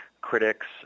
Critics